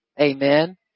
Amen